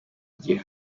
gihe